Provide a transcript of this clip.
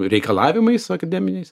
reikalavimais akademiniais